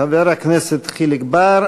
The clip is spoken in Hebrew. חבר הכנסת חיליק בר.